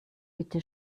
bitte